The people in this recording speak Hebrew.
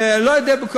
בלא יודע,